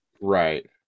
right